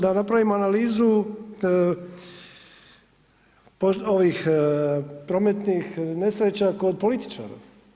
Da napravimo analizu ovih prometnih nesreća kod političara.